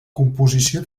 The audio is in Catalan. composició